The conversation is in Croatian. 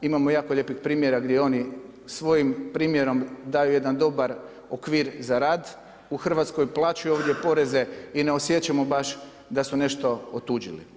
Imamo jako lijepih primjera gdje oni svojim primjerom daju jedan dobar okvir za rad u Hrvatskoj, plaćaju ovdje poreze i ne osjećamo baš da su nešto otuđili.